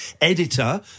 editor